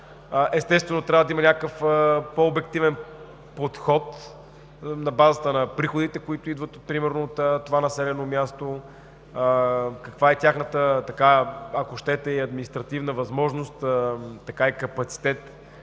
естествено, трябва да има по-обективен подход на базата на приходите, които идват примерно от това населено място – каква е тяхната административна възможност и капацитет,